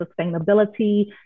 sustainability